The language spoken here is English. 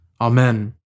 Amen